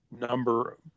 number